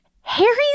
Harry